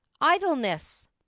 Idleness